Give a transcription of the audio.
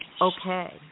okay